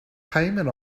payment